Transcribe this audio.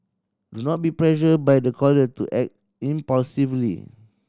do not be pressured by the caller to act impulsively